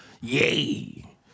Yay